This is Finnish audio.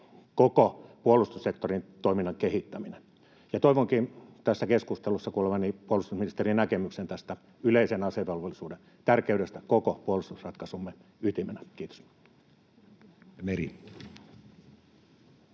koko puolustussektorin toiminnan kehittäminen, ja toivonkin tässä keskustelussa kuulevani puolustusministerin näkemyksen tästä yleisen asevelvollisuuden tärkeydestä koko puolustusratkaisumme ytimenä. — Kiitos.